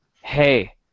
hey